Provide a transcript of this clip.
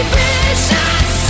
vicious